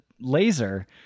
laser